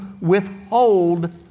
withhold